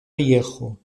viejo